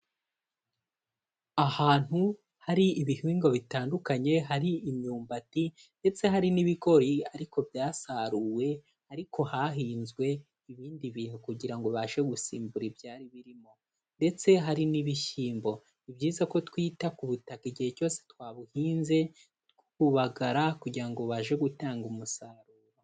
Ahantu hari ibihingwa bitandukanye, hari imyumbati ndetse hari n'ibigori ariko byasaruwe, ariko hahinzwe ibindi bintu kugira ngo bibashe gusimbura ibyari birimo ndetse hari n'ibishyimbo, ni byiza ko twita ku butaka igihe cyose twabuhinze tububagara kugira ngo bubashe gutanga umusaruro.